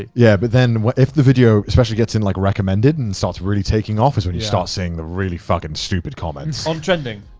yeah, but then if the video especially gets in like recommended and starts really taking off is when you start seeing the really fucking stupid comments. on trending?